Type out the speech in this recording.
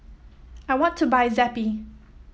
I want to buy Zappy